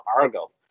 Argo